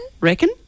Reckon